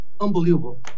Unbelievable